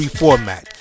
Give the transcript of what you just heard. format